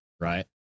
Right